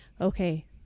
okay